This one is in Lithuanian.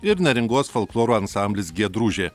ir neringos folkloro ansamblis giedružė